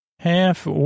Half